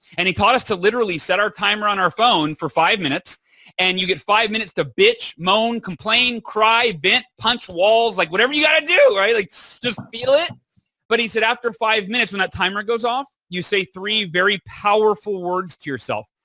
and he taught us to literally set our timer on our phone for five minutes and you get five minutes to bitch, moan, complain, cry, bent, punch the walls like whatever you got to do. like just feel it but he said after five minutes when that timer goes off, you say three very powerful words to yourself,